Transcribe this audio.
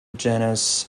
genus